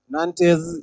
Nantes